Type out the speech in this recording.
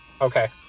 Okay